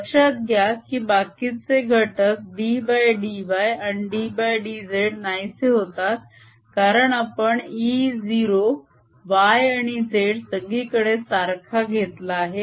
लक्षात घ्या की बाकीचे घटक ddy आणि ddz नाहीसे होतात कारण आपण E0 y आणि z सगळीकडे सारखा घेतला आहे